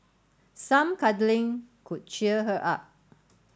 some cuddling could cheer her up